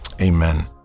Amen